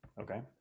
Okay